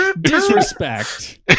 disrespect